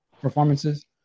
performances